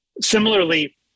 similarly